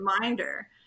reminder